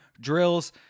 drills